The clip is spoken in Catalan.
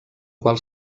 qual